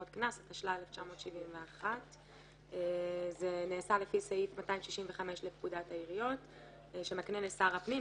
1971. סעיף 265 לפקודת העיריות מקנה לשר הפנים,